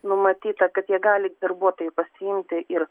numatyta kad jie gali darbuotojai pasiimti ir